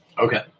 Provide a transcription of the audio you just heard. Okay